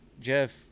jeff